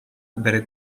bere